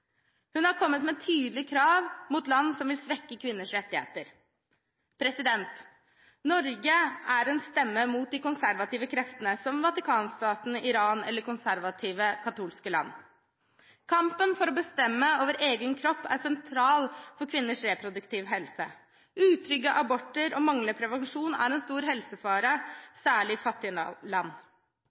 Hun har kommet med tydelige krav mot land som vil svekke kvinners rettigheter. Norge er en stemme mot de konservative kreftene, som Vatikanstaten, Iran eller konservative katolske land. Kampen for å bestemme over egen kropp er sentral for kvinners reproduktive helse. Utrygge aborter og manglende prevensjon er en stor helsefare for kvinner, særlig i fattige land.